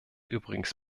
übrigens